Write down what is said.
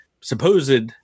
supposed